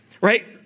Right